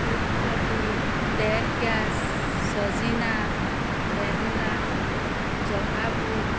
শুকলতি বেতগাজ চজিনা বেল লাও জহা ভোল